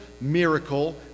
miracle